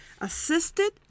assisted